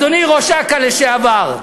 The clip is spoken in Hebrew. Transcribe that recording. אדוני ראש אכ"א לשעבר.